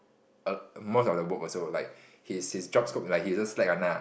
err most of the work also like his his job scope like he just slack one ah